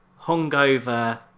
hungover